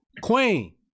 Queen